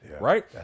right